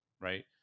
right